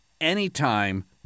anytime